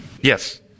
Yes